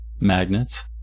Magnets